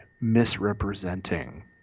misrepresenting